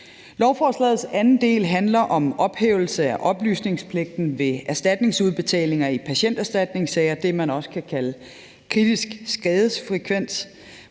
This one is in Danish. Lovforslagets anden del handler om ophævelse af oplysningspligten ved erstatningsudbetalinger i patienterstatningssager. Det er det, man også kan kalde kritisk skadesfrekvens.